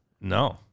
No